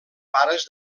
pares